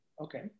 okay